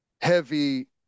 heavy